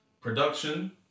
Production